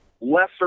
lesser